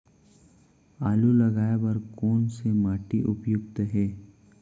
आलू लगाय बर कोन से माटी उपयुक्त हे?